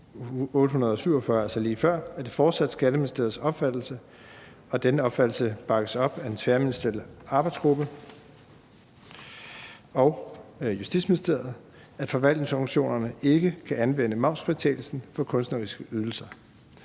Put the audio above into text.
847, altså lige før, er det fortsat Skatteministeriets opfattelse, og denne opfattelse bakkes op af den tværministerielle arbejdsgruppe og Justitsministeriet, at forvaltningsorganisationerne ikke kan anvende momsfritagelsen på kunstneriske ydelser.